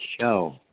show